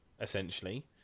essentially